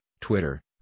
Twitter